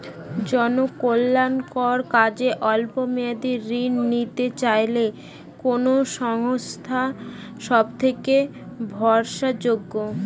জনকল্যাণকর কাজে অল্প মেয়াদী ঋণ নিতে চাইলে কোন সংস্থা সবথেকে ভরসাযোগ্য?